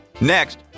Next